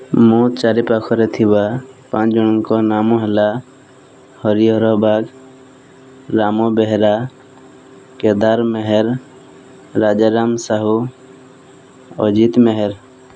ମୋ ଚାରିପାଖରେ ଥିବା ପାଞ୍ଚଜଣଙ୍କ ନାମ ହେଲା ହରିହର ବାଘ ରାମ ବେହେରା କେଦାର ମେହେର ରାଜରାମ ସାହୁ ଅଜିତ୍ ମେହେର